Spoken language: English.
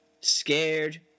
scared